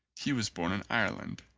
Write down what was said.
he was born in ireland.